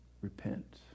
Repent